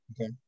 Okay